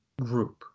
group